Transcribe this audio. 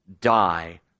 die